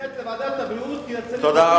באמת לוועדת הבריאות, מייצרים,